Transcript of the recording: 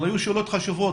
אבל היו שאלות חשובות,